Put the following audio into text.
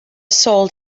sold